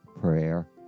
prayer